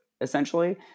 essentially